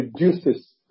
reduces